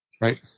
right